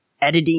editing